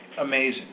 amazing